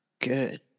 Good